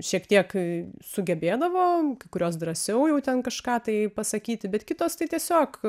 šiek tiek sugebėdavo kai kurios drąsiau jau ten kažką tai pasakyti bet kitos tai tiesiog